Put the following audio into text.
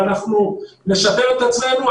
ונשפר את עצמנו,